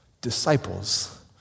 disciples